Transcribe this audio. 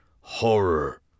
horror